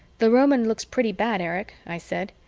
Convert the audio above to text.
the roman looks pretty bad, erich, i said.